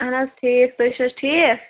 اَہَن حظ ٹھیٖک تُہۍ چھِو حظ ٹھیٖک